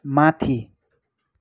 माथि